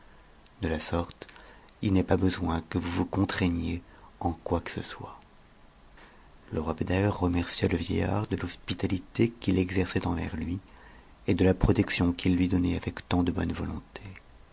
de ta sorte il n'est pas besoin que vous vous contraigniez en quoi que ce soit le roi beder remercia le vieillard de t'hospitatité qu'il exerçait envers lui et de la protection qu'il lui donnait avec tant de bonne volonté